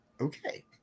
okay